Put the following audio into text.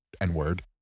n-word